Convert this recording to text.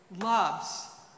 loves